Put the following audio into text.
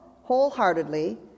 wholeheartedly